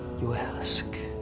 you ask.